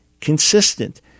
consistent